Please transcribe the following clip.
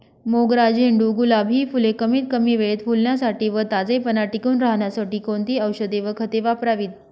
मोगरा, झेंडू, गुलाब हि फूले कमीत कमी वेळेत फुलण्यासाठी व ताजेपणा टिकून राहण्यासाठी कोणती औषधे व खते वापरावीत?